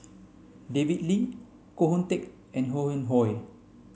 David Lee Koh Hoon Teck and Ho Yuen Hoe